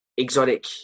exotic